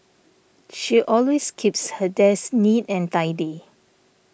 she always keeps her desk neat and tidy